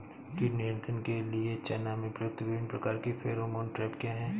कीट नियंत्रण के लिए चना में प्रयुक्त विभिन्न प्रकार के फेरोमोन ट्रैप क्या है?